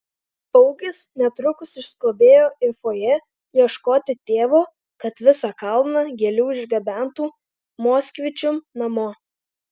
augis netrukus išskubėjo į fojė ieškoti tėvo kad visą kalną gėlių išgabentų moskvičium namo